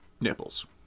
nipples